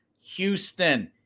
Houston